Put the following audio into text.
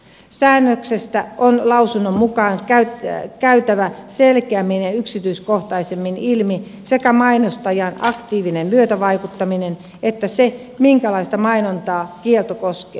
säännöksestä on lausunnon mukaan käytävä selkeämmin ja yksityiskohtaisemmin ilmi sekä mai nostajan aktiivinen myötävaikuttaminen että se minkälaista mainontaa kielto koskee